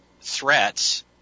threats